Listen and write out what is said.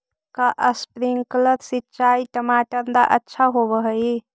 का स्प्रिंकलर सिंचाई टमाटर ला अच्छा होव हई?